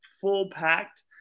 full-packed